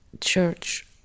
church